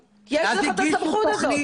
הגישו תוכנית --- יש לך את הסמכות הזאת.